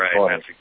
right